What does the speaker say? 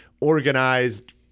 organized